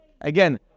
Again